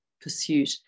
pursuit